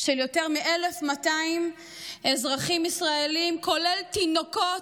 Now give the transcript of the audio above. של יותר מ-1,200 אזרחים ישראלים, כולל תינוקות,